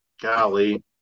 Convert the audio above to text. Golly